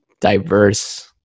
diverse